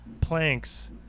planks